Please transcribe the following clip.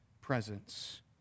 presence